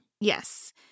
Yes